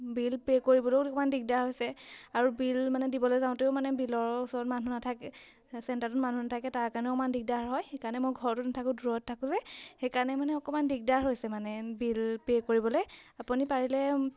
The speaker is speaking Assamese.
বিল পে' কৰিবলৈও অকণমান দিগদাৰ হৈছে আৰু বিল মানে দিবলৈ যাওঁতেও মানে বিলৰ ওচৰত মানুহ নাথাকে চেণ্টাৰটোত মানুহ নাথাকে তাৰ কাৰণেও অকণমান দিগদাৰ হয় সেইকাৰণে মই ঘৰতো নাথাকোঁ দূৰত থাকোঁ যে সেইকাৰণে মানে অকণমান দিগদাৰ হৈছে মানে বিল পে' কৰিবলৈ আপুনি পাৰিলে